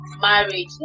marriage